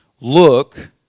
look